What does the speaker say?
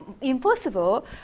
Impossible